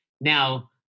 Now